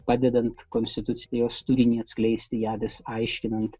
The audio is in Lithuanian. padedant konstitucijos turinį atskleisti ją vis aiškinant